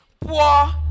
poor